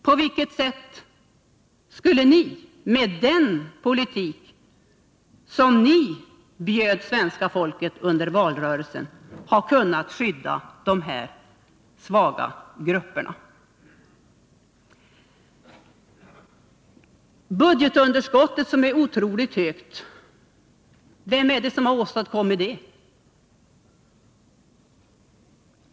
På vilket sätt skulle ni, med den politik som ni bjöd svenska folket under valrörelsen, ha kunnat skydda de här svaga grupperna? Budgetunderskottet är otroligt stort — vem har åstadkommit det?